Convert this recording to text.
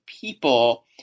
people